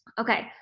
okay,